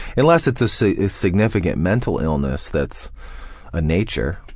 unless it's so a significant mental illness that's a nature.